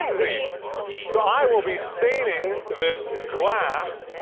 breezy. so, i will be staining this glass,